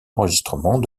enregistrement